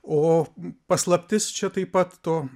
o paslaptis čia taip pat to